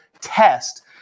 test